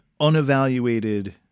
unevaluated